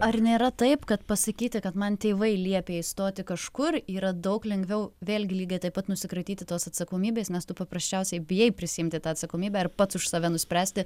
ar nėra taip kad pasakyti kad man tėvai liepė įstoti kažkur yra daug lengviau vėlgi lygiai taip pat nusikratyti tos atsakomybės nes tu paprasčiausiai bijai prisiimti tą atsakomybę ir pats už save nuspręsti